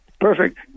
Perfect